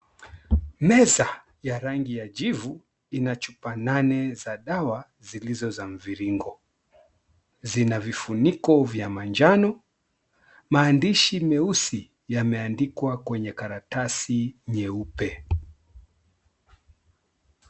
Meza ya rangi ya jivu ina chupa nane za dawa zilizo za mviringo, zina mifuniko ya manjano maandishi meusi yameandikwa kwenye karatasi nyeupe.